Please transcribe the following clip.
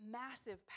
massive